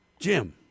Jim